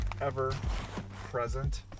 ever-present